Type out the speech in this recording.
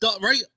right